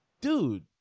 dude